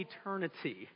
eternity